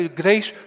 grace